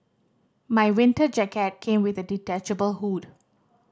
my winter jacket came with a detachable hood